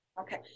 okay